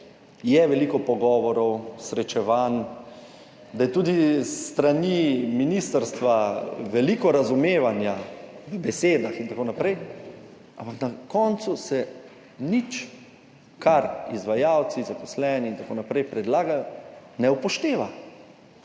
je veliko pogovorov, srečevanj, da je tudi s strani ministrstva veliko razumevanja v besedah in tako naprej, ampak na koncu se nič kar izvajalci, zaposleni in tako naprej predlagajo, ne upošteva.